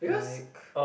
like